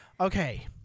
Okay